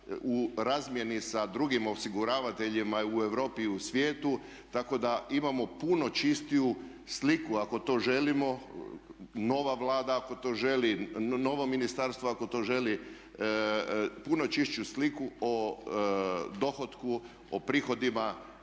u razmjeni sa drugim osiguravateljima u Europi i u svijetu, tako da imamo puno čistiju sliku ako to želimo, nova Vlada ako to želi, novo ministarstvo ako to želi, puno čišću sliku o dohotku, o prihodima